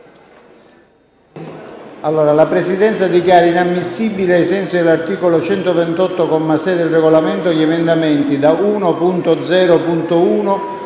La Presidenza dichiara inammissibili, ai sensi dell'articolo 138, comma 6, del Regolamento gli emendamenti da 1.0.1